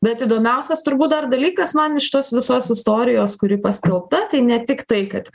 bet įdomiausias turbūt dar dalykas man iš tos visos istorijos kuri paskelbta tai ne tik tai kad